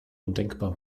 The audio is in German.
undenkbar